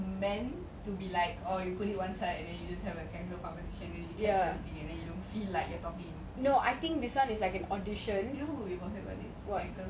but this is like like I think this one is like audition ya